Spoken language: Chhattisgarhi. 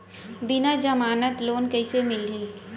बिना जमानत लोन कइसे मिलही?